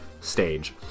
stage